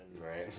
Right